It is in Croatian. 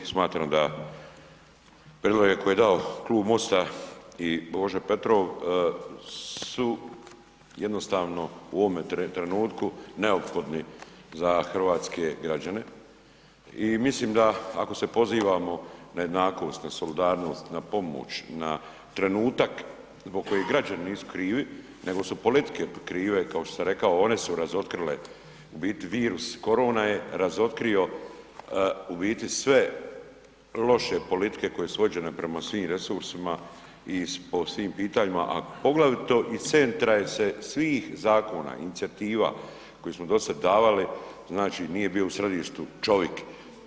Smatram da prijedloge koje je dao klub MOST-a i Božo Petrov su jednostavno u ovome trenutku neophodni za hrvatske građane i mislim da ako se pozivamo na jednakost, na solidarnost, na pomoć, na trenutak zbog kojeg građani nisu krivi nego su politike krive kao što sam rekao, one su razotkrile u biti virus korona je razotkrio u biti sve loše politike koje su vođene prema svim resursima i po svim pitanjima, a poglavito iz centra je se svih zakona inicijativa koje smo do sada davali, nije bio u središtu čovik.